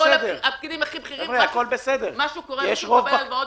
הוא חקיקה.